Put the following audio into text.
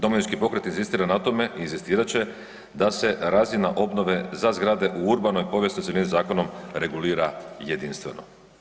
Domovinski pokret inzistira na tome i inzistirat će da se razina obnove za zgrade u urbano povijesnoj cjelini zakonom regulira jedinstveno.